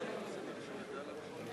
מרצ להביע אי-אמון